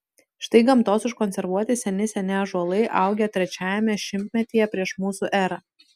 štai gamtos užkonservuoti seni seni ąžuolai augę trečiajame šimtmetyje prieš mūsų erą